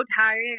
tired